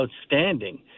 outstanding